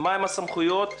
מהן הסמכויות,